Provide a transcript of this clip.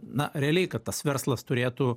na realiai kad tas verslas turėtų